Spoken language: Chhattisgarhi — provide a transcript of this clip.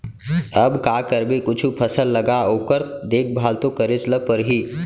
अब का करबे कुछु फसल लगा ओकर देखभाल तो करेच ल परही